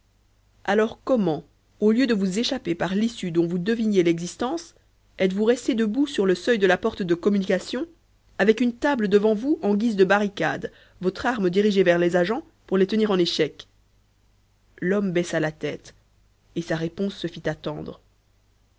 alors comment au lieu de vous échapper par l'issue dont vous deviniez l'existence êtes-vous resté debout sur le seuil de la porte de communication avec une table devant vous en guise de barricade votre arme dirigée vers les agents pour les tenir en échec l'homme baissa la tête et sa réponse se fit attendre